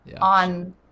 on